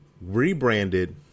rebranded